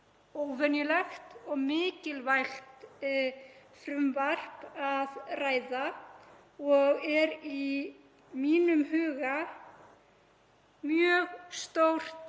óvenjulegt og mikilvægt frumvarp að ræða og er í mínum huga mjög stórt